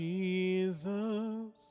Jesus